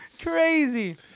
Crazy